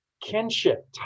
kinship